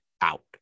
out